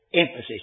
emphasis